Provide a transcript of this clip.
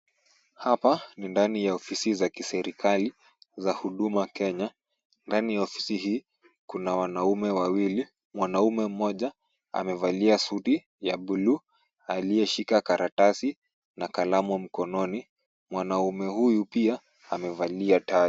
Hapa ni ndani ya ofisi za kiserikali za huduma Kenya. Ndani ya ofisi hii kuna wanaume wawili, mwanaume mmoja amevalia suti ya buluu , aliyeshika karatasi na kalamu mkononi. Mwanaume huyu pia amevalia tai.